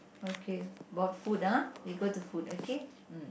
okay about food ah we go to food okay mm